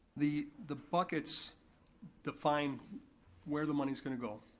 the the buckets define where the money's gonna go.